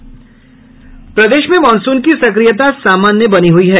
प्रदेश में मॉनसून की सक्रियता सामान्य बनी हुई है